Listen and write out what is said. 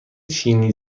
چینی